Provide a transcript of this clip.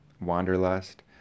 wanderlust